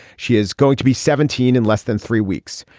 she is going to be seventeen in less than three weeks.